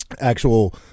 actual